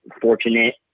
fortunate